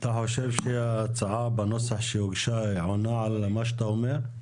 אתה חושב שההצעה בנוסח שהוגשה עונה על מה שאתה אומר?